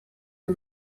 the